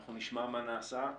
אנחנו נשמע מה נעשה.